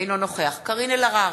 אינו נוכח קארין אלהרר,